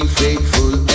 faithful